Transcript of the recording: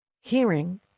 hearing